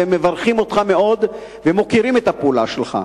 והם מברכים אותך מאוד ומוקירים את הפעולה שלך.